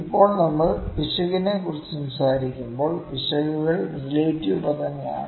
ഇപ്പോൾ നമ്മൾ പിശകിനെക്കുറിച്ച് സംസാരിക്കുമ്പോൾ പിശകുകൾ റിലേറ്റീവ് പദങ്ങളാണ്